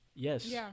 Yes